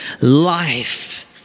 life